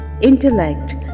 intellect